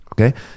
okay